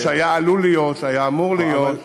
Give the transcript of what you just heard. יכול להיות שהיה עלול להיות, היה אמור להיות.